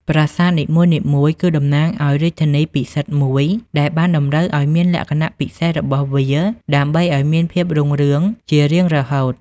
ប្រាសាទនីមួយៗគឺតំណាងឲ្យរាជធានីពិសិដ្ឋមួយដែលបានតម្រូវឲ្យមានលក្ខណៈពិសេសរបស់វាដើម្បីឲ្យមានភាពរុងរឿងជារៀងរហូត។